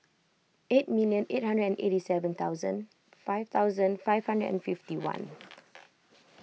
eight million eight hundred and eighty seven thousand five thousand five hundred and fifty one